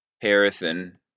Harrison